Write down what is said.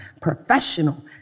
professional